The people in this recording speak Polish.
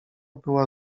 była